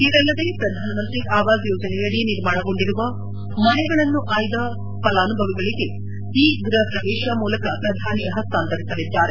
ಇದಲ್ಲದೇ ಪ್ರಧಾನ ಮಂತ್ರಿ ಆವಾಸ್ ಯೋಜನೆಯಡಿ ನಿರ್ಮಾಣಗೊಂಡಿರುವ ಮನೆಗಳನ್ನು ಅಯ್ದ ಫಲಾನುಭವಿಗಳಿಗೆ ಇ ಗೃಹ ಪ್ರವೇಶ ಮೂಲಕ ಪ್ರಧಾನಿ ಹಸ್ತಾಂತರಿಸಲಿದ್ದಾರೆ